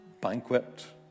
banquet